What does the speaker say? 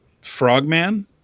Frogman